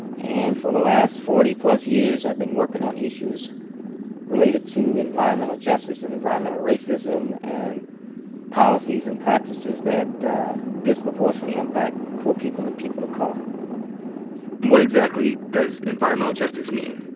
and for the last forty plus years, i've been working on issues related to environmental justice and environmental racism and policies and practices that disproportionately impact poor people and people of color. and what exactly does environmental justice mean?